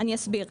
אני אסביר.